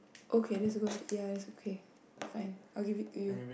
okay let's go and ya okay fine I'll give it to you